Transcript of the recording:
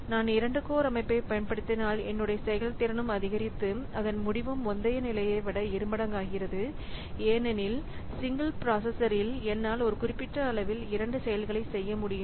நான் 2 கோர் அமைப்பை பயன்படுத்தினால் என்னுடைய செயல்திறனும் அதிகரித்து அதன் முடிவும் முந்தைய நிலையைவிட இரு மடங்காகிறது ஏனெனில் சிங்கிள் பிராசஸர்ல் என்னால் ஒரு குறிப்பிட்ட அளவில் இரண்டு செயல்களை செய்ய முடியும்